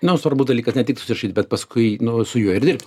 na o svarbus dalykas ne tik susirašyt bet paskui nu su juo ir dirbt